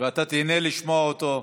ואתה תיהנה לשמוע אותו.